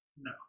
No